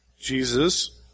Jesus